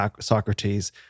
Socrates